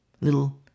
Little